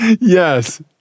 Yes